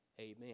amen